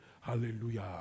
Hallelujah